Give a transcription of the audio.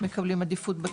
מקבלים עדיפות בתור.